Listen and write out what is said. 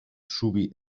zubi